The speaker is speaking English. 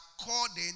according